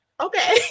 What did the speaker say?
okay